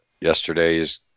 yesterday's